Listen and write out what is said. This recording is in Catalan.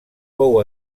fou